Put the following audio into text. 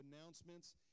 announcements